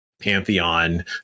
pantheon